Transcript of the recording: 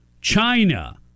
China